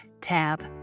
tab